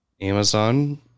Amazon